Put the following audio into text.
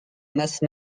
masse